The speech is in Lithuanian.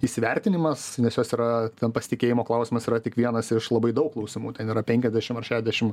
įsivertinimas nes jos yra ten pasitikėjimo klausimas yra tik vienas iš labai daug klausimų ten yra penkiasdešim ar šešiasdešim